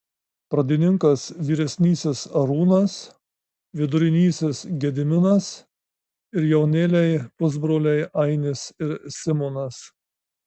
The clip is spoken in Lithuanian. pradininkas vyresnysis arūnas vidurinysis gediminas ir jaunėliai pusbroliai ainis ir simonas